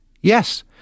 yes